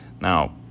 Now